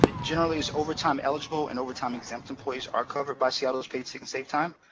generally it's overtime eligible and overtime exempt employees are covered by seattle's paid sick and safe time.